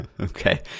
Okay